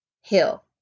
hill